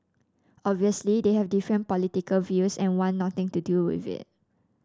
obviously they have different political views and want nothing to do with it